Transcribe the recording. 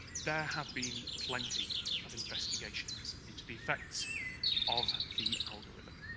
there have been plenty of investigations into the effects of the algorithm.